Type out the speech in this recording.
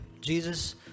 Jesus